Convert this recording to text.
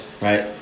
right